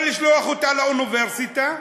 יכול לשלוח אותה לאוניברסיטה,